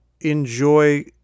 enjoy